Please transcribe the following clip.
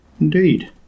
indeed